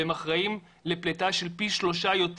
והם אחראים לפליטה של פי שלושה יותר